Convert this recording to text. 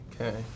Okay